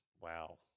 wow